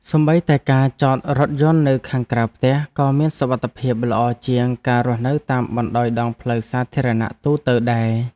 សូម្បីតែការចតរថយន្តនៅខាងក្រៅផ្ទះក៏មានសុវត្ថិភាពល្អជាងការរស់នៅតាមបណ្តោយដងផ្លូវសាធារណៈទូទៅដែរ។